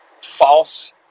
false